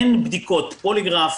אין בדיקות פוליגרף,